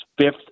fifth